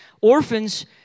Orphans